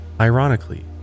Ironically